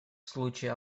случае